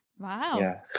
Wow